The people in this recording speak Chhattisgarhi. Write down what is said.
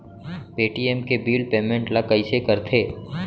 पे.टी.एम के बिल पेमेंट ल कइसे करथे?